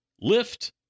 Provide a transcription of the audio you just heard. lift